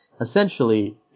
Essentially